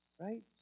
Right